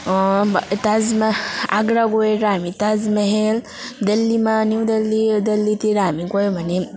ताजमहल आग्रा गएर हामी ताजमहल देल्लीमा न्यु देल्लीतिर हामी गयो भने